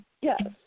Yes